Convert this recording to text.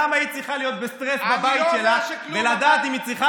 למה היא צריכה להיות בסטרס בבית שלה ולדעת אם היא צריכה